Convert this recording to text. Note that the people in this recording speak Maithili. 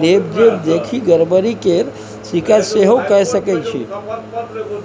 लेब देब देखि गरबरी केर शिकायत सेहो कए सकै छी